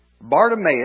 Bartimaeus